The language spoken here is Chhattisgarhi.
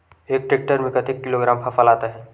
एक टेक्टर में कतेक किलोग्राम फसल आता है?